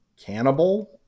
Cannibal